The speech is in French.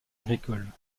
agricole